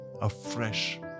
afresh